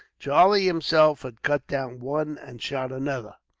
charlie himself had cut down one and shot another,